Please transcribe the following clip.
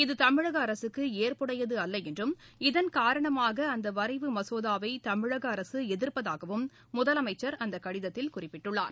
இது தமிழக அரசுக்கு ஏற்புடையதல்ல என்றும் இதன் காரணமாக அந்த வரைவு மசோதாவை தமிழக அரசு எதிர்ப்பதாகவும் முதலமைச்சர் அந்த கடிதத்தில் குறிப்பிட்டுள்ளார்